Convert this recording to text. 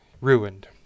ruined